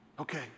Okay